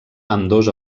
ambdós